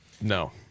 No